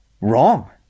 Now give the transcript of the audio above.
wrong